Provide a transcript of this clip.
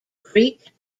creek